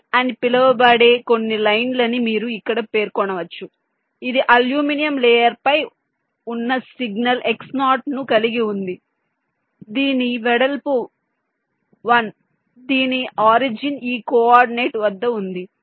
port అని పిలువబడే కొన్ని లైన్ల ని మీరు ఇక్కడ పేర్కొనవచ్చు ఇది అల్యూమినియం లేయర్ పై ఉన్న సిగ్నల్ x0 ను కలిగి ఉంది దీని వెడల్పు 1 దీని ఆరిజిన్ ఈ కోఆర్డినేట్ వద్ద ఉంది